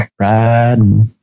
Riding